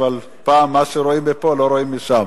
אבל מה שרואים מפה לא רואים משם.